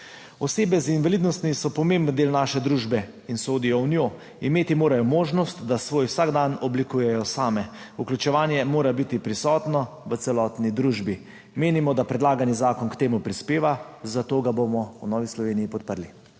Osebe z invalidnostmi so pomemben del naše družbe in sodijo v njo. Imeti morajo možnost, da svoj vsakdan oblikujejo sami. Vključevanje mora biti prisotno v celotni družbi. Menimo, da predlagani zakon k temu prispeva, zato ga bomo v Novi Sloveniji podprli.